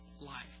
life